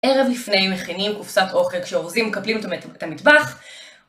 ערב לפני מכינים קופסת אוכל כשאורזים מקפלים את המטבח